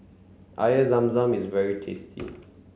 Air Zam Zam is very tasty